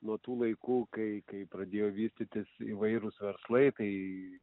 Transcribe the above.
nuo tų laikų kai kai pradėjo vystytis įvairūs verslai kai